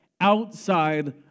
outside